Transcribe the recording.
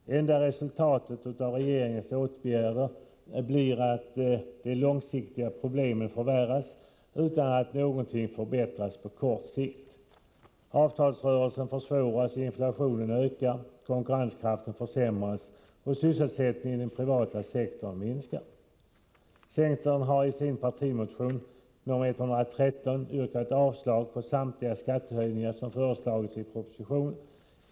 Det enda resultatet av regeringens åtgärder blir att de långsiktiga problemen förvärras utan att någonting förbättras på kort sikt. Avtalsrörelsen försvåras, inflationen ökar, konkurrenskraften försämras och sysselsättningen i den privata sektorn minskar. Centern har i sin partimotion nr 113 yrkat avslag på samtliga skattehöjningar som föreslagits i propositionen.